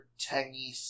tangy